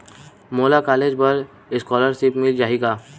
मोला कॉलेज बर स्कालर्शिप मिल जाही का?